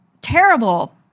terrible